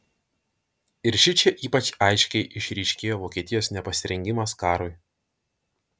ir šičia ypač aiškiai išryškėjo vokietijos nepasirengimas karui